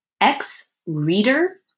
X-Reader